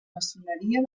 maçoneria